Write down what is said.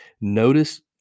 Notice